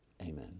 amen